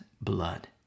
blood